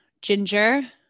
ginger